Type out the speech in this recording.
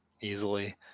easily